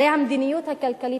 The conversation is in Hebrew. הרי המדיניות הכלכלית,